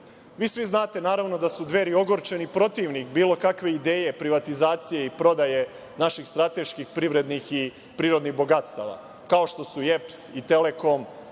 Vi svi znate, naravno, da su Dveri ogorčeni protivnik bilo kakve ideje privatizacije i prodaje naših strateških, privrednih i prirodnih bogatstava, kao što su EPS, Telekom